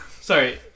sorry